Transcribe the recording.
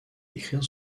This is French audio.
écrire